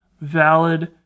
valid